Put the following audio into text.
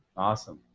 awesome!